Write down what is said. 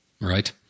Right